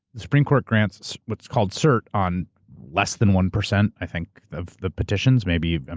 the supreme court grants what's called cert on less than one percent, i think, of the petitions. maybe. ah